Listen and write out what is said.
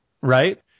right